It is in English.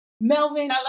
melvin